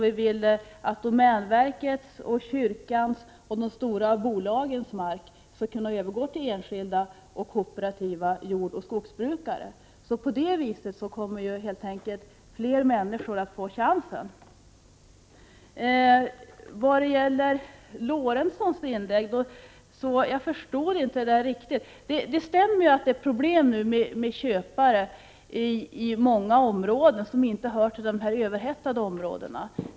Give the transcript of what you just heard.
Vi vill att domänverkets, kyrkans och de stora bolagens mark skall kunna övergå till enskilda och kooperativa jordoch skogsbrukare. På det viset kommer helt enkelt fler människor att få chansen. Jag förstår inte Sven Eric Lorentzons inlägg riktigt. Det stämmer att det kan vara problem att få köpare i många områden som inte hör till de överhettade områdena.